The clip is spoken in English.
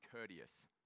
courteous